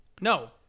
No